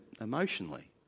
emotionally